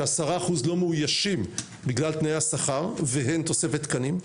כ- 10% לא מאוישים בגלל תנאי השכר והן תוספת תקנים.